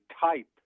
type